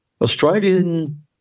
Australian